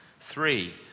Three